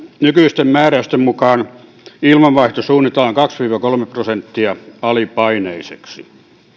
nykyisten määräysten mukaan ilmanvaihto suunnitellaan kaksi viiva kolme prosenttia alipaineiseksi